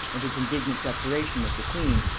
and his indignant declaration that the queen,